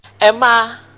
Emma